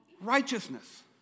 righteousness